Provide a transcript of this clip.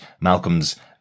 Malcolm's